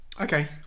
Okay